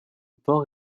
port